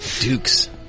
Duke's